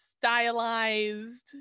stylized